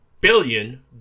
billion